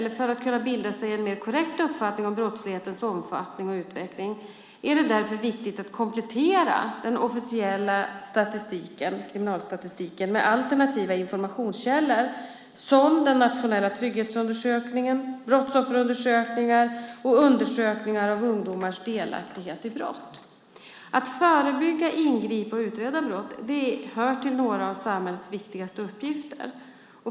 För att kunna bilda sig en mer korrekt uppfattning om brottslighetens omfattning och utveckling är det därför viktigt att komplettera den officiella kriminalstatistiken med alternativa informationskällor som den nationella trygghetsundersökningen, brottsofferunderökningar och undersökningar av ungdomars delaktighet i brott. Att förebygga, ingripa och utreda brott hör till några av samhällets viktigaste uppgifter.